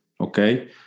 okay